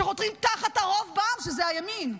שחותרים תחת הרוב בעם, שזה הימין?